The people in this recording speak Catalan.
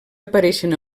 apareixen